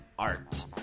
art